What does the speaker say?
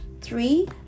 three